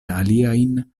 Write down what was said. aliajn